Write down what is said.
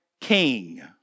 king